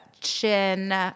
chin